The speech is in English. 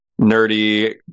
nerdy